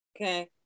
Okay